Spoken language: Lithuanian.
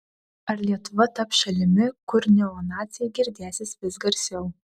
ar lietuva taps šalimi kur neonaciai girdėsis vis garsiau